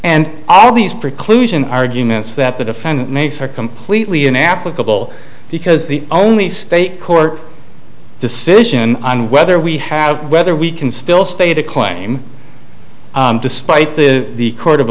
and all these preclusion arguments that the defendant needs are completely inapplicable because the only state court decision on whether we have whether we can still state a claim despite the the court of